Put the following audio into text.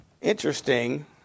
Interesting